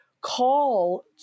call